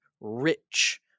rich